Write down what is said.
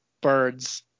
birds